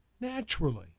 naturally